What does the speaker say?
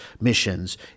missions